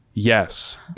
Yes